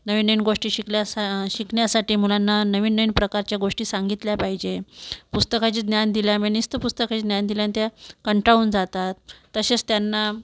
नवीन नवीन गोष्टी शिकलय शिकण्यासाठी मुलांना नवीन नवीन प्रकारच्या गोष्टी सांगितल्या पाहिजे पुस्तकाचे ज्ञान दिल्यामुळे नुसतं पुस्काचे हे ज्ञान दिल्याने त्या कंटाळून जातात तसेच त्यांना